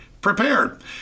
prepared